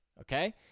okay